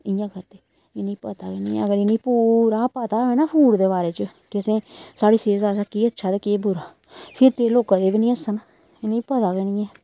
इ'यां करदे इ'नें गी पता गै निं ऐ अगर इ'नें गी पूरा पता होऐ ना फूड दे बारे च कि असें साढ़ी सेह्त आस्तै केह् अच्छा ते केह् बुरा फिर ते एह् लो क कदेंबी निं हस्सन इ'नें गी पता गै निं ऐ